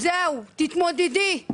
זהו, תתמודדי.